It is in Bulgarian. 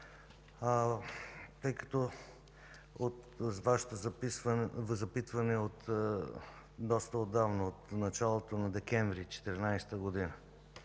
тъй като Вашето запитване е доста отдавна – от началото на декември 2014 г.